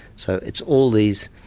so it's all these,